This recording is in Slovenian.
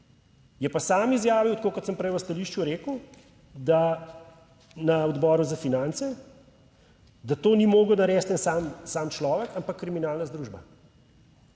Je pa sam izjavil, tako kot sem prej v stališču rekel, da na Odboru za finance, da to ni mogel narediti en sam, sam človek ampak kriminalna združba.